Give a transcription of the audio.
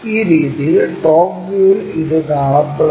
ഈ രീതിയിൽ ടോപ് വ്യൂവിൽ ഇത് കാണപ്പെടുന്നു